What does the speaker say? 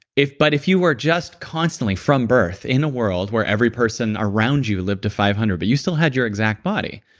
but if you were just constantly from birth, in a world where every person around you lived to five hundred, but you still had your exact body,